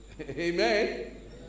Amen